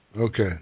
Okay